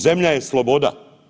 Zemlja je sloboda.